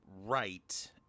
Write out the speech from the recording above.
right